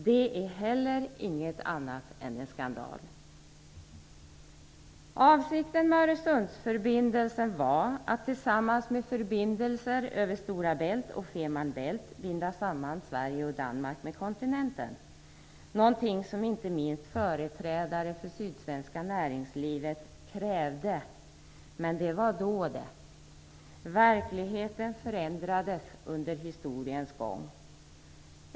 Det är heller inget annat än en skandal. Avsikten med Öresundsförbindelsen var att tillsammans med förbindelser över Stora Bält och Fehmarn Bält binda samman Sverige och Danmark med kontinenten - något som inte minst företrädare för det sydsvenska näringslivet krävde. Men det var då det. Verkligheten förändrades under historiens gång.